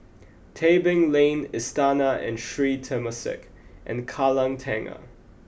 Tebing Lane Istana and Sri Temasek and Kallang Tengah